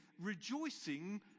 Rejoicing